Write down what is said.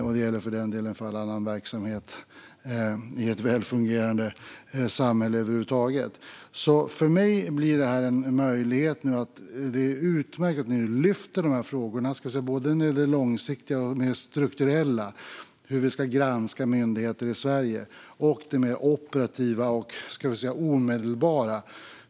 Och i ett välfungerande samhälle gäller det för den delen för all annan verksamhet över huvud taget. Det är utmärkt att ni lyfter fram dessa frågor, som gäller både det långsiktiga och det mer strukturella. Det handlar om hur vi ska granska myndigheter i Sverige och om det mer operativa och omedelbara.